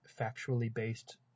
factually-based